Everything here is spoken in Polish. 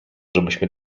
żebyśmy